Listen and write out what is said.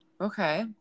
Okay